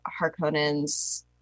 Harkonnens